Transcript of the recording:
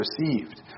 received